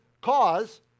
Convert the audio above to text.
cause